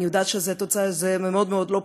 אני יודעת שזה מאוד מאוד לא פשוט,